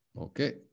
Okay